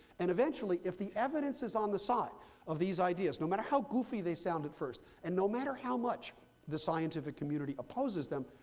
and eventually, if the evidence is on the side of these ideas, no matter how goofy they sound at first and no matter how much the scientific community opposes them,